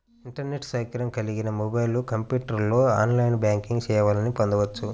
internet సౌకర్యం కలిగిన mobile, కంప్యూటర్లో ఆన్లైన్ బ్యాంకింగ్ సేవల్ని పొందొచ్చు